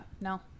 no